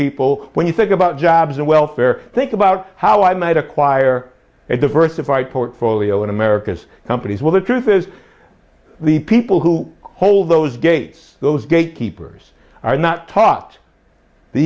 people when you think about jobs and welfare think about how i might acquire a diversified portfolio in america's companies well the truth is the people who hold those gates those gatekeepers are not taught the